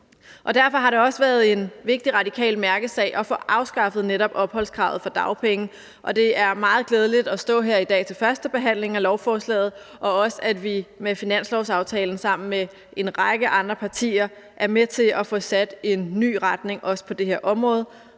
Derfor har det også været en vigtig radikal mærkesag at få afskaffet netop opholdskravet for dagpenge, og det er meget glædeligt at stå her i dag til førstebehandlingen af lovforslaget og også, at vi med finanslovsaftalen sammen med en række andre partier er med til at få sat en ny retning, også på det her område.